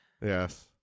Yes